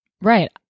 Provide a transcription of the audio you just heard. Right